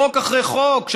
בחוק אחרי חוק,